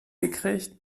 gekriegt